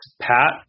Pat